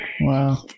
wow